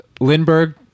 Lindbergh